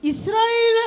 Israel